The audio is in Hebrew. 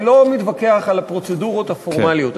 אני לא מתווכח על הפרוצדורות הפורמליות,